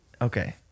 okay